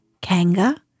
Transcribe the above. Kanga